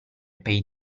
pei